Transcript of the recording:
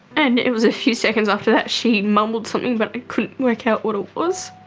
and it was a few seconds after that she mumbled something but i couldn't work out what it was,